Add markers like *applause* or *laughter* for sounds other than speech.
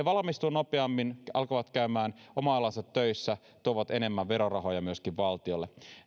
*unintelligible* valmistuvat nopeammin alkavat käymään oman alansa töissä tuovat myöskin enemmän verorahoja valtiolle